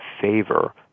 favor